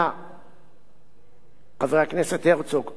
חבר הכנסת הרצוג, הצעת חוק-יסוד: החקיקה,